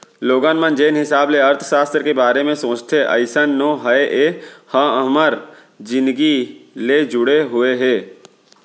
लोगन मन जेन हिसाब ले अर्थसास्त्र के बारे म सोचथे अइसन नो हय ए ह हमर जिनगी ले जुड़े हुए हे